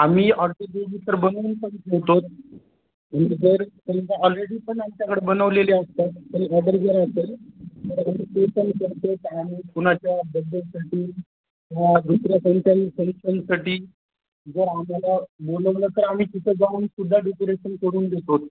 आम्ही ऑर्टोजेने तर बनवून पण ठेवतो जर सम ऑलरेडी पण आमच्याकडे बनवलेले असतात पण ऑर्डर जर असेल तर शन करतो आ कोणाच्या बड्डेसाठी किंवा दुसऱ्या फंक्शन फंक्शनसाठी जर आम्हाला बोलवलं तर आम्ही तिथं जाऊनसुद्धा डेकोरेशन करून देतो